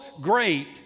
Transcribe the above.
great